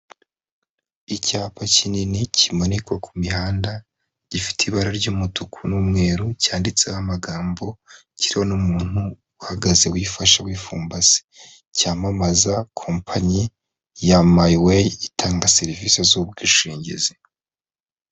Icyapa kinini kimanikwa ku mihanda gifite ibara ry'umutuku n'umweru; cyanditseho amagambo kiriho n'umuntu uhagaze wifashe wipfumbase; cyamamaza kopanyi ya mayiweyi itanga serivisi z'ubwishingizi.